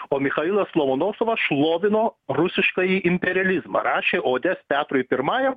o michailas lomonosovas šlovino rusiškąjį imperializmą rašė odes petrui pirmajam